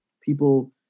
people